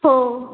हो